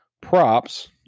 props